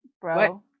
bro